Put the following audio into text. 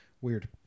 Weird